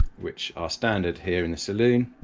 which are standard here in the saloon